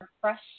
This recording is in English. fresh